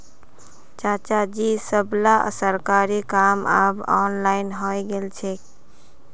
चाचाजी सबला सरकारी काम अब ऑनलाइन हइ गेल छेक